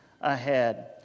ahead